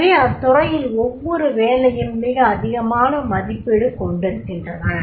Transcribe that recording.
எனவே அத்துறையில் ஒவ்வொரு வேலையும் மிகவும் அதிகமான மதிப்பீடு கொண்டிருக்கின்றன